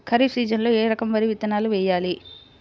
ఖరీఫ్ సీజన్లో ఏ రకం వరి విత్తనాలు వేయాలి?